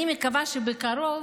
אני מקווה שבקרוב,